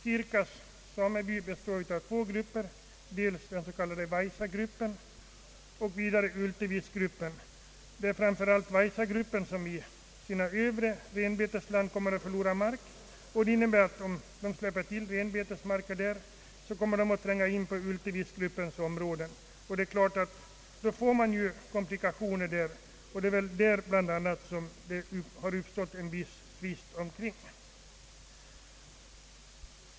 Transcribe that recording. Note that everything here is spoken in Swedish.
Sirkas sameby består av två grupper, dels den s.k. Vaisagruppen och dels Ultevisgruppen. Framför allt Vaisagruppen kommer att förlora mark i sina övre renbetesland. Därmed uppstår naturligtvis komplikationer, och jag tror att det bl.a. är om detta en viss tvist har förekommit.